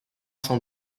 cent